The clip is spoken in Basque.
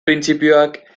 printzipioak